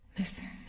listen